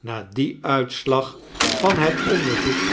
na dien uitslag van het onderzoek